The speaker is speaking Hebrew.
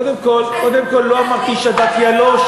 קודם כול, לא אמרתי שדתייה לא.